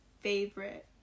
favorite